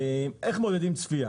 איך מודדים צפייה?